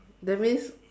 that means